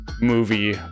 movie